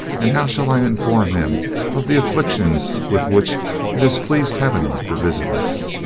and how shall i inform him of the afflictions with which it has pleased heaven to visit us